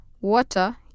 water